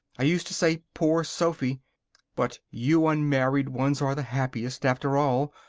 i used to say poor sophy but you unmarried ones are the happiest, after all.